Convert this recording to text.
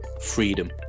freedom